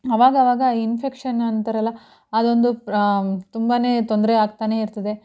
ಆವಾಗವಾಗ ಇನ್ಫೆಕ್ಷನ್ ಅಂತಾರಲ್ಲ ಅದೊಂದು ಪ್ರ ತುಂಬಾ ತೊಂದರೆ ಆಗ್ತಾನೆ ಇರ್ತದೆ